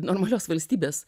normalios valstybės